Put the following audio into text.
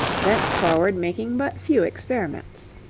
thenceforward making but few experiments.